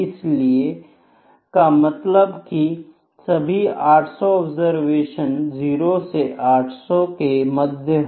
इसका मतलब कि सभी 800 ऑब्जरवेशन 0 से 800 के मध्य हो